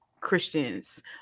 Christians